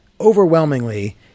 overwhelmingly